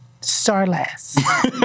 Starless